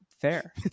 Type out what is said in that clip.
fair